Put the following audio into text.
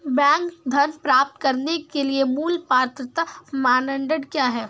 Bank ऋण प्राप्त करने के लिए मूल पात्रता मानदंड क्या हैं?